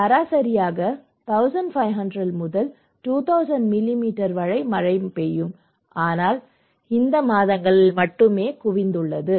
சராசரியாக 1500 முதல் 2000 மில்லிமீட்டர் வரை மழை பெய்யும் ஆனால் இந்த மாதங்களில் மட்டுமே குவிந்துள்ளது